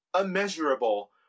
immeasurable